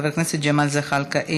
חבר הכנסת ג'מאל זחאלקה,